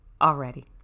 already